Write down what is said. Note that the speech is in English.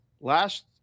Last